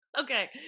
Okay